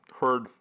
heard